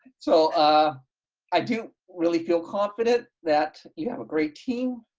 so ah i do really feel confident that you have a great team.